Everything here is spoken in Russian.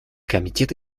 комитет